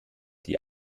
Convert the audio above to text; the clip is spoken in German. die